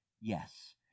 yes